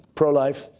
pro-life.